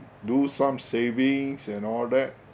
do some savings and all that